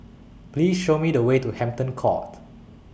Please Show Me The Way to Hampton Court